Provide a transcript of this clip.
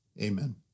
amen